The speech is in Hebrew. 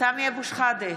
סמי אבו שחאדה,